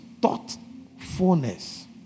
thoughtfulness